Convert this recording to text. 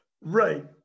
Right